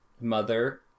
mother